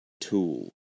tool